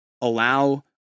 allow